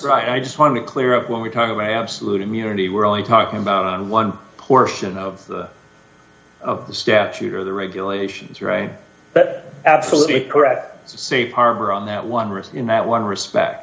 right i just want to clear up when we come to my absolute immunity we're only talking about one portion of the of the statute or the regulations right but absolutely correct safe harbor on that one was in that one respect